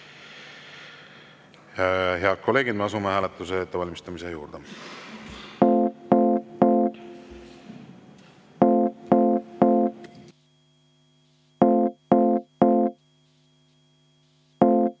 Head kolleegid, asume hääletuse ettevalmistamise juurde.